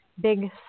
big